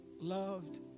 loved